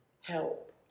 help